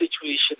situation